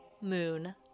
Moon